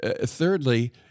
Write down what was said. thirdly